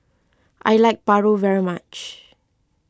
I like Paru very much